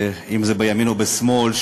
אם בימין או בשמאל,